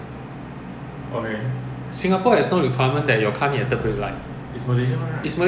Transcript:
exhaust cannot modify window cannot tint and all that but the malaysian come in ah